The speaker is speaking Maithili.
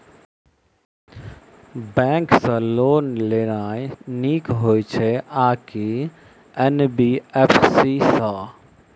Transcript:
बैंक सँ लोन लेनाय नीक होइ छै आ की एन.बी.एफ.सी सँ?